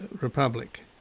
Republic